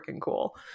cool